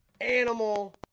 animal